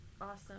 awesome